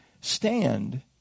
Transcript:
stand